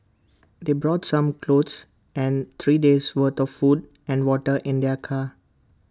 they brought some clothes and three days' worth of food and water in their car